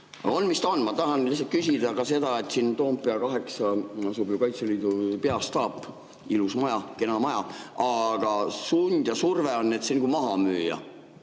on, mis ta on. Ma tahan lihtsalt küsida seda, et siin Toompea 8 asub Kaitseliidu peastaap, ilus maja, kena maja, aga sund ja surve on see maha müüa.